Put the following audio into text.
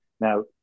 Now